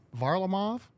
Varlamov